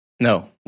no